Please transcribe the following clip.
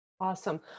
Awesome